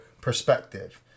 perspective